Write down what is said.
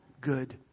good